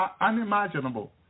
unimaginable